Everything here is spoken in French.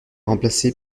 remplacé